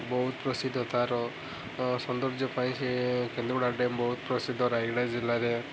ବହୁତ ପ୍ରସିଦ୍ଧ ତାର ସୌନ୍ଦର୍ଯ୍ୟ ପାଇଁ ସେ କେନ୍ଦୁବୁଡ଼ା ଡେମ୍ ବହୁତ ପ୍ରସିଦ୍ଧ ରାୟଗଡ଼ା ଜିଲ୍ଲାରେ